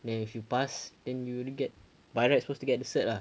then if you pass then you will get by right supposed to get the cert ah